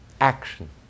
Action